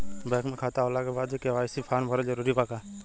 Bank में खाता होला के बाद भी के.वाइ.सी फार्म भरल जरूरी बा का?